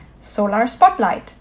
Solarspotlight